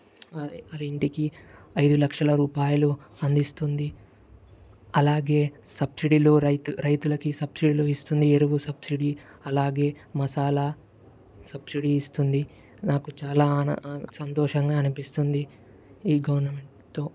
వారి ఇంటికి ఐదు లక్షల రూపాయిలు అందిస్తుంది అలాగే సబ్సిడీలో రైతు రైతులకి సబ్సిడీలు ఇస్తుంది ఎరువు సబ్సిడీ అలాగే మసాలా సబ్సిడీ ఇస్తుంది నాకు చాలా ఆన సంతోషంగా అనిపిస్తుంది ఈ గవర్నమెంట్తో